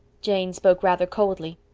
jane spoke rather coldly.